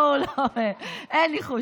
אין ניחוש.